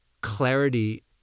clarity